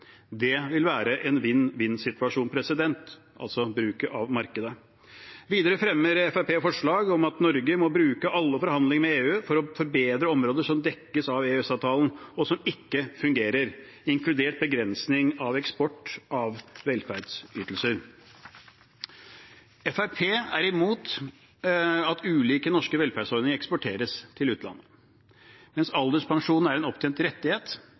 Det, altså bruken av markedet, vil være en vinn-vinn-situasjon. Videre fremmer Fremskrittspartiet forslag om at Norge må bruke alle forhandlinger med EU til å forbedre områder som dekkes av EØS-avtalen, og som ikke fungerer, inkludert begrensning av eksport av velferdsytelser. Fremskrittspartiet er imot at ulike norske velferdsordninger eksporteres til utlandet. Mens alderspensjon er en opptjent rettighet,